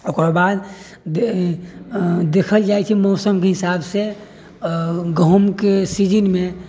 ओकर बाद देखल जाइत छै मौसमके हिसाब से गहुँमके सीजनमे